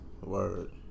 Word